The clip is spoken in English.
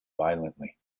violently